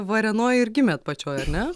varėnoj ir gimėt pačioje ar ne